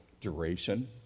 duration